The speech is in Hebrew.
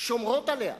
שומרות עליה.